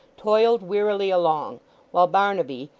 toiled wearily along while barnaby,